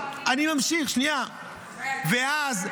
ממשיך, ואז,